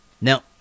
Now